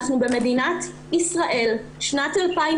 אנחנו במדינת ישראל שנת 2020,